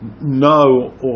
no